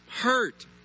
hurt